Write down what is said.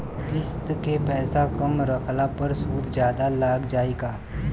किश्त के पैसा कम रखला पर सूद जादे लाग जायी का?